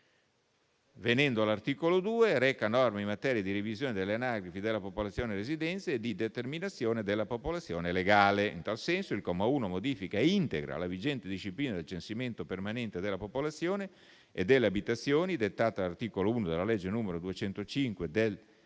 2024. L'articolo 2 reca norme in materia di revisione delle anagrafi della popolazione residente e di determinazione della popolazione legale. In tal senso, il comma 1 modifica e integra la vigente disciplina del censimento permanente della popolazione e delle abitazioni dettata dall'articolo 1 della legge n. 205 del